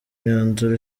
imyanzuro